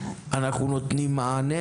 "אנחנו נותנים מענה",